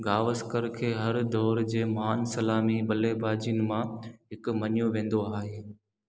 गावस्कर खे हर दौर जे महानु सलामी ब॒ल्लेबाज़नि मां हिकु मञियो वेंदो आहे